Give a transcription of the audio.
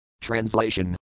Translation